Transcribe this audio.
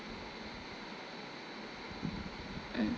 mm